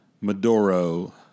Maduro